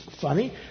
funny